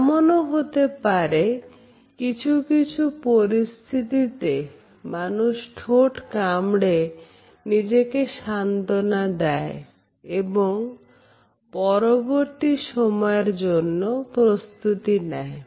এমনও হতে পারে কিছু কিছু পরিস্থিতিতে মানুষ ঠোঁট কামড়ে নিজেকে সান্ত্বনা দেয় এবং পরবর্তী সময়ের জন্য প্রস্তুতি নেয়